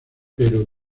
pero